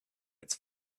its